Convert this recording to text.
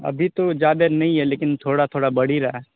ابھی تو زیادہ نہیں ہے لیکن تھوڑا تھوڑا بڑھ ہی رہا ہے